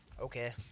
okay